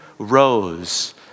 rose